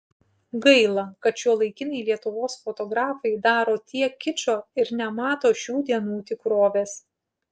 gaila kad šiuolaikiniai lietuvos fotografai daro tiek kičo ir nemato šių dienų tikrovės